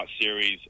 Series